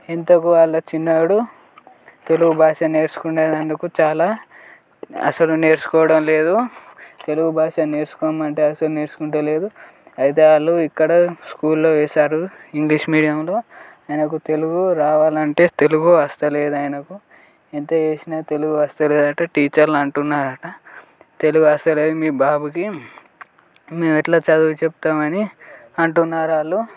ఇంతకి వాళ్ళ చిన్నోడు తెలుగు భాష నేర్చుకునేందుకు చాలా అసలు నేర్చుకోవడం లేదు తెలుగు భాష నేర్చుకోమంటే అసలు నేర్చుకుంటే లేదు అయితే వాళ్ళు ఇక్కడ స్కూల్లో వేశారు ఇంగ్లీష్ మీడియంలో ఆయనకు తెలుగు రావాలంటే తెలుగు వస్తలేదు ఆయనకు ఎంత చేసిన తెలుగు వస్తలేదట టీచర్లు అంటున్నారట తెలుగు వస్తలేదు మీ బాబుకి మేము ఎట్లా చదువు చెప్తామని అంటున్నారు వాళ్ళు